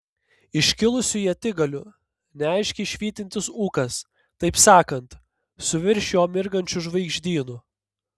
iškilusių ietigalių neaiškiai švytintis ūkas taip sakant su virš jo mirgančiu žvaigždynu